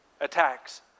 attacks